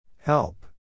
Help